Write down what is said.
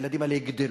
הילדים האלה יגדלו,